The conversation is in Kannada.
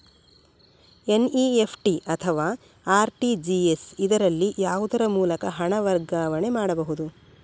ಎನ್.ಇ.ಎಫ್.ಟಿ ಅಥವಾ ಆರ್.ಟಿ.ಜಿ.ಎಸ್, ಇದರಲ್ಲಿ ಯಾವುದರ ಮೂಲಕ ಹಣ ವರ್ಗಾವಣೆ ಮಾಡಬಹುದು?